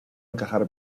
encajar